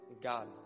God